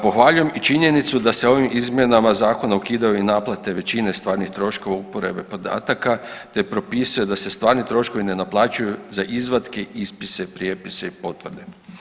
Pohvaljujem i činjenicu da se ovim izmjenama zakona ukidaju i naplate većine stvarnih troškova uporabe podataka te propisuje da se stvarni troškovi ne naplaćuju za izvatke, ispise, prijepise i potvrde.